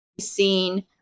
seen